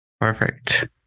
perfect